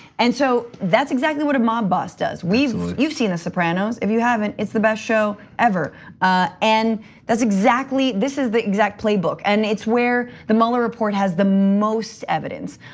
and so that's exactly what a mob boss does. you've seen the sopranos, if you haven't, it's the best show ever ah and that's exactly this is the exact play book and it's where the mueller report has the most evidence.